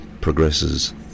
progresses